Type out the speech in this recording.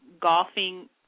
golfing